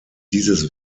dieses